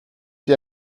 die